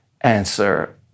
answer